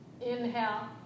inhale